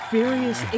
various